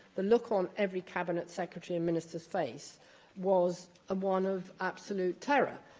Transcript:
the look on every cabinet secretary and minister's face was one of absolute terror.